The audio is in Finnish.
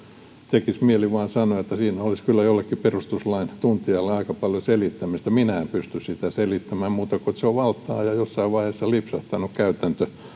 tekisi mieli vain sanoa että siinä olisi kyllä jollekin perustuslain tuntijalle aika paljon selittämistä minä en pysty sitä selittämään muuten kuin että se on valtaa ja jossain vaiheessa lipsahtanut käytäntö